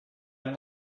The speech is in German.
nur